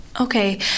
okay